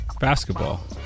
Basketball